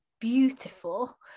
beautiful